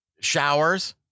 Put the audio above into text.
Showers